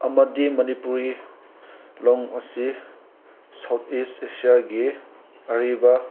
ꯑꯃꯗꯤ ꯃꯅꯤꯄꯨꯔꯤ ꯂꯣꯟ ꯑꯁꯤ ꯁꯥꯎꯠ ꯏꯁ ꯑꯦꯁꯤꯌꯥꯒꯤ ꯑꯔꯤꯕ